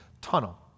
Tunnel